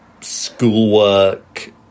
schoolwork